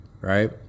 Right